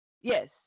Yes